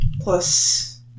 plus